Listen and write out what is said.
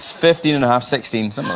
fifteen and a half six teams. oh,